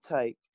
take